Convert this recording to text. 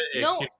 No